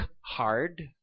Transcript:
hard